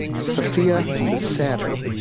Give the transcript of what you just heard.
sophia lucero.